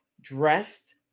dressed